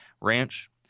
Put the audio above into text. ranch